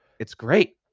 it's great.